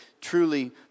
truly